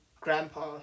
grandpa